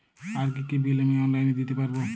আর কি কি বিল আমি অনলাইনে দিতে পারবো?